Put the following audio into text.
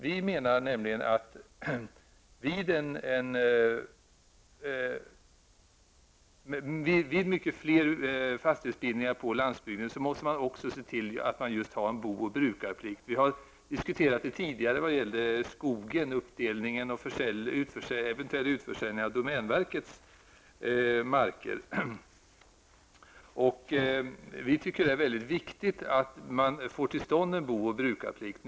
Vi menar nämligen att man vid mycket fler fastighetsbildningar på landsbygden också måste se till att det finns en bo och brukarplikt. Vi har diskuterat det tidigare vad gäller skogen i samband med frågan om eventuell utförsäljning av domänverkets marker. Vi tycker att det är väldigt viktigt att få till stånd en bo och brukarplikt.